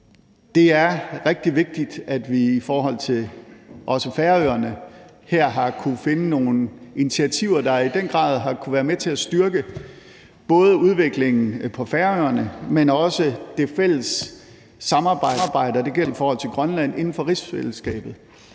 Det er rigtig vigtigt, at vi i forhold til også Færøerne her har kunnet finde nogle initiativer, der i den grad har kunnet være med til at styrke både udviklingen på Færøerne, men også det fælles samarbejde – og det gælder også i forhold til Grønland – inden for rigsfællesskabet.